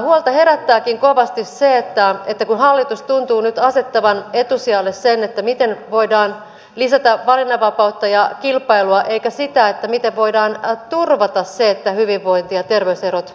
huolta herättääkin kovasti se kun hallitus tuntuu nyt asettavan etusijalle sen miten voidaan lisätä valinnanvapautta ja kilpailua eikä sitä miten voidaan turvata se että hyvinvointi ja terveyserot